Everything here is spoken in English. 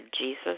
Jesus